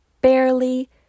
barely